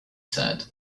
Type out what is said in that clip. said